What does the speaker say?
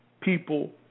people